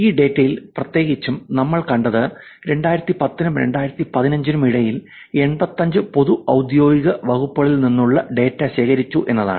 ഈ ഡാറ്റയിൽ പ്രത്യേകിച്ചും നമ്മൾ കണ്ടത് 2010 നും 2015 നും ഇടയിലുള്ള 85 പൊതു ഔദ്യോഗിക വകുപ്പുകളിൽ നിന്നുള്ള ഡാറ്റ ശേഖരിച്ചു എന്നതാണ്